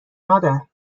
مادر